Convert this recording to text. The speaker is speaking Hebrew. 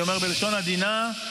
אני אומר בלשון עדינה,